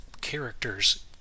characters